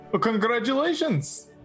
congratulations